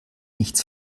nichts